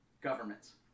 governments